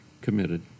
committed